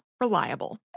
Reliable